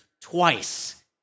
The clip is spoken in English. twice